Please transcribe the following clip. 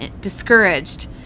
discouraged